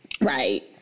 Right